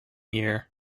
year